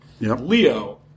Leo